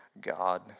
God